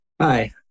Hi